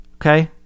Okay